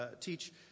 teach